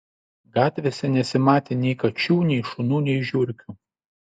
gatvėse nesimatė nei kačių nei šunų nei žiurkių